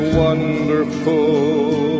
wonderful